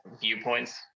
viewpoints